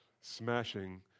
smashing